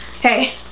hey